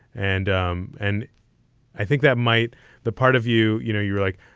and um and i think that might the part of you. you know, you're like,